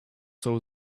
saw